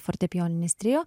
fortepijoninis trio